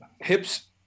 Hips